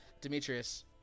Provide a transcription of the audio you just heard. Demetrius